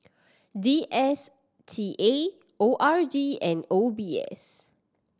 D S T A O R D and O B S